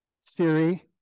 Siri